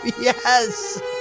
yes